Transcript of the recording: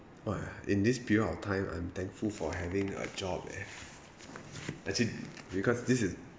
!wah! in this period of time I'm thankful for having a job leh actually because this is